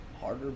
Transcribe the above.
harder